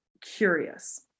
curious